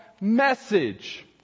message